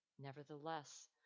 Nevertheless